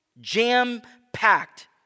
jam-packed